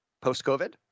post-COVID